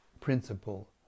principle